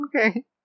okay